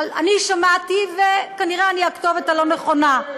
אבל אני שמעתי, וכנראה אני הכתובת הלא-נכונה.